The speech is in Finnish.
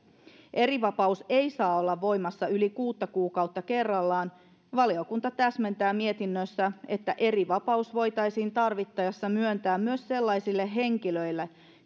erivapaus ei saa olla voimassa yli kuutta kuukautta kerrallaan valiokunta täsmentää mietinnössä että erivapaus voitaisiin tarvittaessa myöntää myös sellaisille henkilöille